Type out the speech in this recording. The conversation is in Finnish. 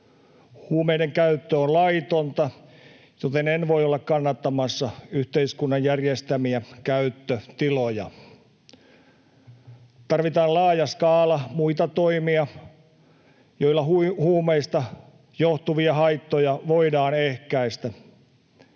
Huumeiden käyttö on laitonta, joten en voi olla kannattamassa yhteiskunnan järjestämiä käyttötiloja. Tarvitaan laaja skaala muita toimia, joilla huumeista johtuvia haittoja voidaan ehkäistä.